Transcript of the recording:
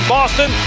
Boston